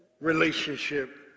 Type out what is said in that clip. relationship